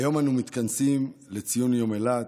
היום אנו מתכנסים לציון יום אילת,